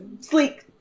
Sleek